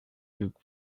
took